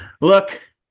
look